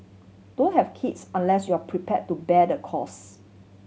don't have kids unless you are prepare to bear the cost